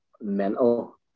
mental